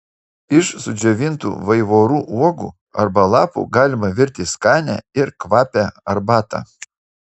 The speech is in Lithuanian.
iš sudžiovintų vaivorų uogų arba lapų galima virti skanią ir kvapią arbatą